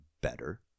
better